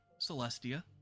celestia